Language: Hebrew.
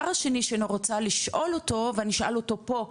השני שאני רוצה לשאול אותו ואני אשאל אותו פה,